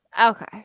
Okay